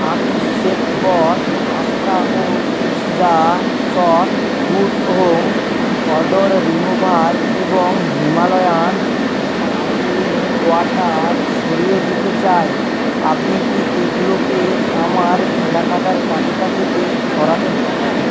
আমি Chefboss pasta ও pizza sauce good home odour remover এবং হিমালয়ান স্পার্কলিং ওয়াটার সরিয়ে দিতে চাই আপনি কি এগুলোকে আমার কেনাকাটার তালিকা থেকে সরাতে পারেন